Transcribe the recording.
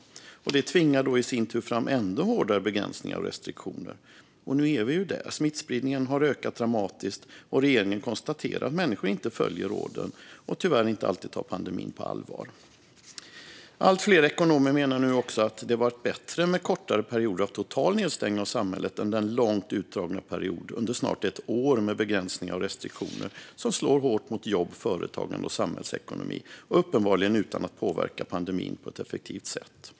Det tvingar i sin tur fram ännu hårdare begränsningar och restriktioner. Nu är vi där, det vill säga att smittspridningen har ökat dramatiskt, och regeringen har konstaterat att människor inte följer råden och tyvärr inte alltid tar pandemin på allvar. Allt fler ekonomer menar att det hade varit bättre med kortare perioder av total nedstängning av samhället än den långt utdragna period under snart ett år med begränsningar och restriktioner som slår hårt mot jobb, företagande och samhällsekonomi och uppenbarligen utan att påverka pandemin på ett effektivt sätt.